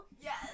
Yes